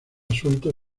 suelto